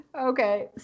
okay